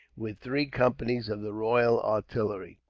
with three companies of the royal artillery,